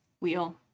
wheel